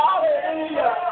Hallelujah